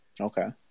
Okay